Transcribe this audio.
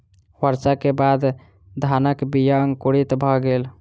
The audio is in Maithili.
वर्षा के बाद धानक बीया अंकुरित भअ गेल